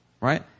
Right